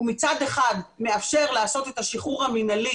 מצד אחד הוא מאפשר לעשות את השחרור המנהלי